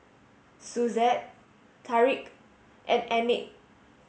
Suzette Tarik and Enid